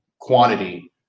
quantity